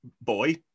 Boy